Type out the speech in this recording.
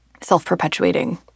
self-perpetuating